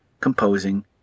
composing